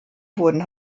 wurden